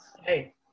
hey